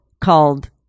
called